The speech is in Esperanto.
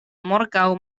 morgaŭ